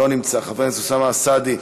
לא נמצא, חבר הכנסת אוסאמה סעדי,